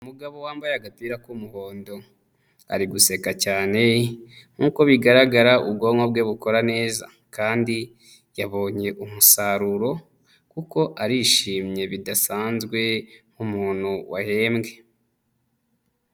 Umugabo wambaye agapira k'umuhondo, ari guseka cyane nk'uko bigaragara ubwonko bwe bukora neza kandi yabonye umusaruro kuko arishimye bidasanzwe nk'umuntu wahembwe.